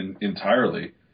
entirely